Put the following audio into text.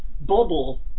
bubble